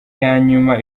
yanyuma